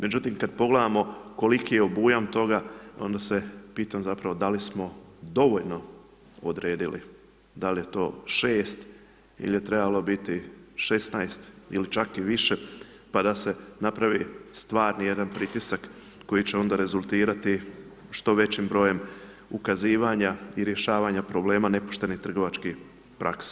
Međutim, kada pogledamo koliki je obujam toga, onda se pitam zapravo da li smo dovoljno odredili, da li je to 6 ili je to trebalo biti 16 ili čak i više, pa da se napravi stvarni jedan pritisak, koji će onda rezultirati što većim brojem ukazivanja i rješavanja problema nepoštene trgovačkih praksi.